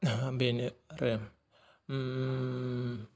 बेनो आरो